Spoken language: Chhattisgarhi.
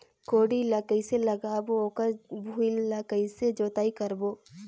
जोणी ला कइसे लगाबो ओकर भुईं ला कइसे जोताई करबो?